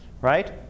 Right